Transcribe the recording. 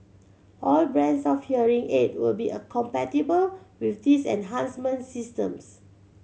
all brands of hearing aid will be a compatible with these enhancement systems